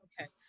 Okay